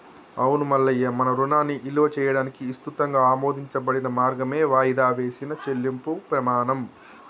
అవును మల్లయ్య మన రుణాన్ని ఇలువ చేయడానికి ఇసృతంగా ఆమోదించబడిన మార్గమే వాయిదా వేసిన చెల్లింపుము పెమాణం